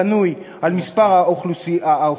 בנוי על גודל האוכלוסייה,